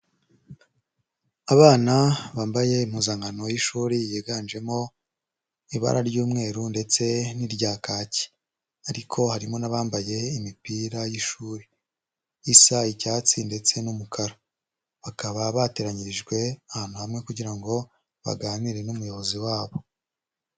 Abana bambaye impuzankano y'ishuri yiganjemo ibara ry'umweru ndetse n'irya kaki ariko harimo n'abambaye imipira y'ishuri isa icyatsi ndetse n'umukara, bakaba bateranyirijwe ahantu hamwe kugira ngo baganire n'umuyobozi wabo.